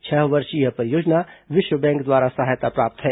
छह वर्षीय यह परियोजना विश्व बैंक द्वारा सहायता प्राप्त है